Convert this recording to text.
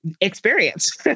experience